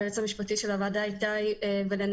ליועץ המשפטי של הוועדה איתי ולנעמה,